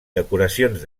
decoracions